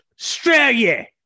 australia